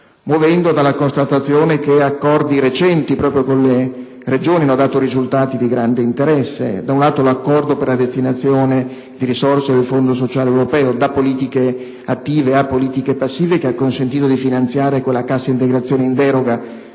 muovendo anche dalla constatazione che accordi recenti, proprio con le Regioni, hanno dato risultati di grande interesse. Mi riferisco, da una parte, all'accordo per la destinazione di risorse del Fondo sociale europeo da politiche attive a politiche passive, che ha consentito di finanziare quella Cassa integrazione in deroga